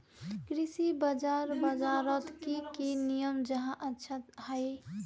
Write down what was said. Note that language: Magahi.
कृषि बाजार बजारोत की की नियम जाहा अच्छा हाई?